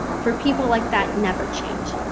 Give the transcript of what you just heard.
for people like that never change.